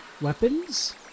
weapons